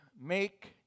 make